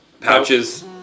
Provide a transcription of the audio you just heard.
pouches